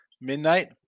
midnight